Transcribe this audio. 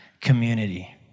community